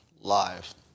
live